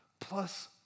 plus